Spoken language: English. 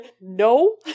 no